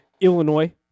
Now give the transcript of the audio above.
Illinois